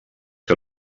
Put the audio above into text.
que